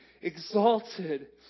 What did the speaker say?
exalted